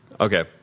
Okay